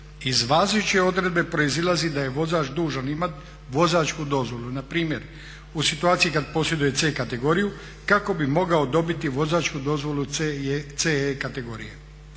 Iz važeće odredbe proizlazi da je vozač dužan imati vozačku dozvolu npr. u situaciju kada posjeduje C kategoriju kako bi mogao dobiti vozačku dozvolu C E kategorije.